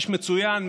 איש מצוין,